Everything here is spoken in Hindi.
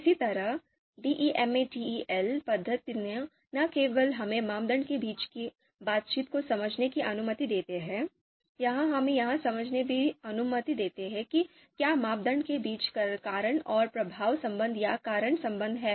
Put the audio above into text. इसी तरह DEMATEL पद्धति न केवल हमें मानदंड के बीच की बातचीत को समझने की अनुमति देती है यह हमें यह समझने की भी अनुमति देती है कि क्या मापदंड के बीच कारण और प्रभाव संबंध या कारण संबंध है